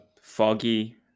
foggy